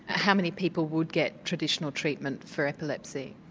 ah how many people would get traditional treatment for epilepsy?